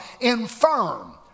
infirm